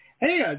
Hey